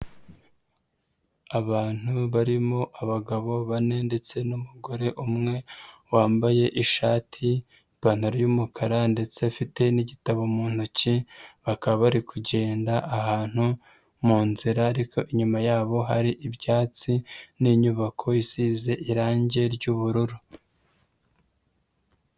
Abantu barimo abagabo bane ndetse n'umugore umwe, wambaye ishati, ipantaro y'umukara ndetse afite n'igitabo mu ntoki, bakaba bari kugenda ahantu mu nzira ariko inyuma yabo hari ibyatsi n'inyubako isize irange ry'ubururu.